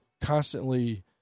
constantly